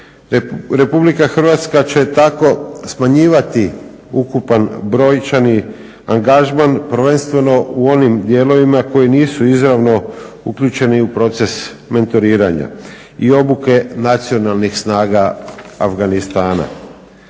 Republika Hrvatska će tako smanjivati ukupan brojčani angažman, prvenstveno u onim dijelovima koji nisu izravno uključeni u proces mentoriranja i obuke nacionalnih snaga Afganistana.